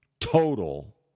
total